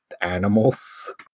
animals